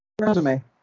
Resume